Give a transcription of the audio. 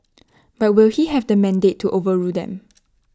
but will he have the mandate to overrule them